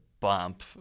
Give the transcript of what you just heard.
Bump